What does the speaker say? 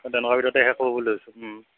সেই তেনেকুৱাৰ ভিতৰতে শেষ হ'ব ধৰিছোঁ